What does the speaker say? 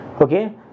Okay